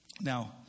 Now